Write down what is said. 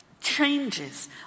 changes